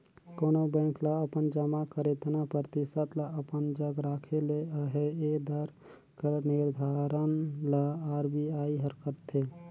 कोनो बेंक ल अपन जमा कर एतना परतिसत ल अपन जग राखे ले अहे ए दर कर निरधारन ल आर.बी.आई हर करथे